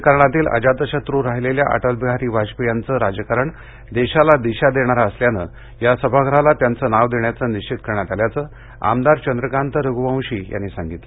राजकारणातील अजातशत्र राहीलेल्या अटल बिहारी वाजपेयी यांचं राजकारण देशाला दिशा देणारे आणि इतरांना अनुकरणीय असल्याने या सभागृहाला त्यांचे नाव देण्याचे निश्वित करण्यात आल्याचे आमदार चंद्रकात रघुवंशी यांनी सांगितलं